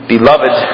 Beloved